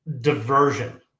diversion